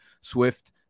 Swift